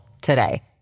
today